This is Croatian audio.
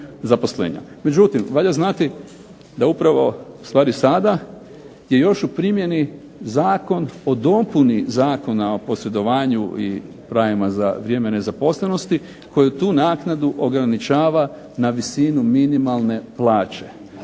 Međutim, valja znati da upravo stvari sada i još u primjeni je Zakon o dopuni Zakona o posredovanju i pravima za vrijeme nezaposlenosti koji tu naknadu ograničava na visinu minimalne plaće.